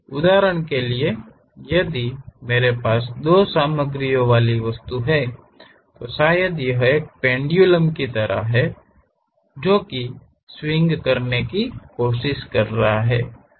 उदाहरण के लिए यदि मेरे पास दो सामग्रियों वाली वस्तु है तो शायद यह एक पेंडुलम की तरह है जो कि स्विंग करने की कोशिश कर रहा है